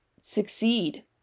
succeed